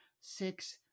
six